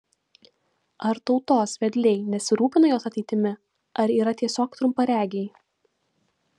ar tautos vedliai nesirūpina jos ateitimi ar yra tiesiog trumparegiai